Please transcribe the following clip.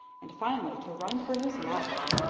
and finally to run for his life.